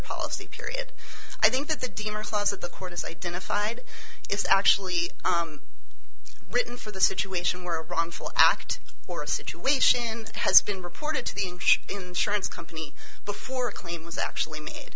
policy period i think that the d m response that the court is identified is actually written for the situation where a wrongful act or a situation has been reported to the insurance company before a claim was actually made